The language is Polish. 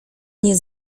nie